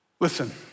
Listen